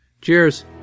Cheers